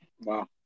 Wow